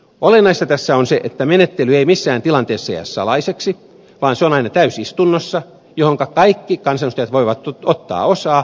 olennaista tässä on se että tämä menettely ei missään tilanteessa jää salaiseksi vaan se on aina täysistunnossa johonka kaikki kansanedustajat voivat ottaa osaa